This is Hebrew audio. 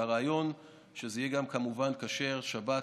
והרעיון שזה יהיה כמובן גם כשר בשבת,